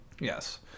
Yes